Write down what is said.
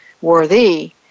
worthy